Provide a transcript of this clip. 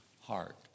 heart